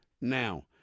now